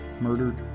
murdered